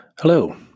Hello